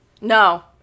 No